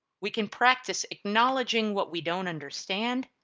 we can practice acknowledging what we don't understand,